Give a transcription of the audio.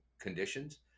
conditions